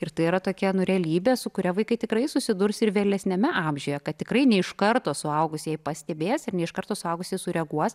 ir tai yra tokia nu realybė su kuria vaikai tikrai susidurs ir vėlesniame amžiuje kad tikrai ne iš karto suaugusieji pastebės ir ne iš karto suaugusieji sureaguos